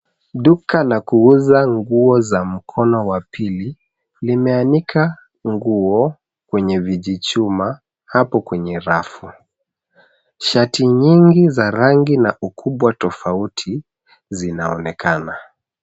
Duka la kuuza nguo za mkono wa pili limeanika nguo kwenye vijichuma hapo kwenye rafu, shati nyingi za rangi na ukubwa tofauti zinaonekana.